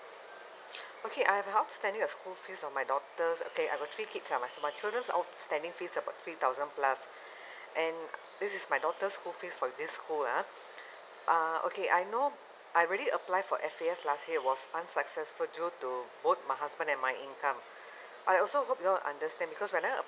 okay I have a outstanding of school fees on my daughters okay I have three kids and my childrens outstanding fees about three thousand plus and this is my daughter's school fees for this school ah uh I know I've already applied for F_A_S last year was unsuccessful due to both my husband and my income I also hope you all understand because when I